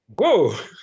Whoa